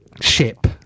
ship